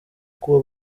kuba